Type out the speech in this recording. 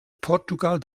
portugal